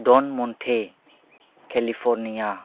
ड'न म'न्टे केलिफर्निया